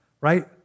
right